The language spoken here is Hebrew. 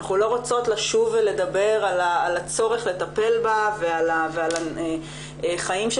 אנחנו לא רוצות לשוב ולדבר על הצורך לטפל בה ועל החיים של